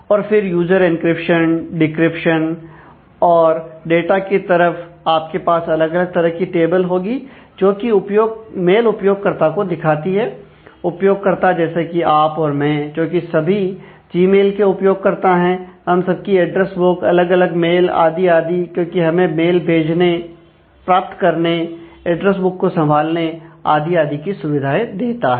और फिर user encryption decryption और डेटा की तरफ आपके पास अलग अलग तरह की टेबल होंगी जोकि मेल उपयोगकर्ता को दिखाती हैं उपयोगकर्ता जैसे कि आप और मैं जो कि सभी जीमेल के उपयोगकर्ता है हम सबकी एड्रेस बुक अलग अलग मेल आदि आदि क्योंकि हमें मेल भेजने प्राप्त करने ऐड्रेस बुक को संभालने आदि आदि की सुविधाएं देता है